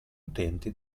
utenti